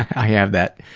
i have that.